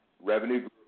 Revenue